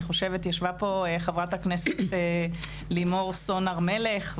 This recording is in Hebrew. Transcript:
ישבה פה חברת הכנסת לימור סון הר מלך,